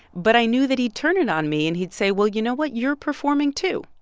but i knew that he'd turn it on me, and he'd say, well, you know what? you're performing, too.